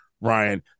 Ryan